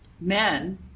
men